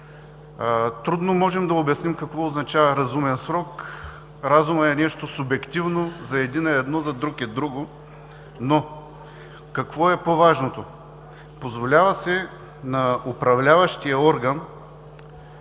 Трудно можем да обясним какво означава разумен срок. Разумът е нещо субективно. За един е едно, за друг е друго. Но какво е по-важното? Позволява се на управляващия орган